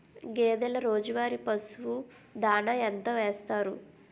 గేదెల రోజువారి పశువు దాణాఎంత వేస్తారు?